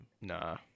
Nah